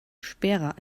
schwerer